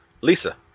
Lisa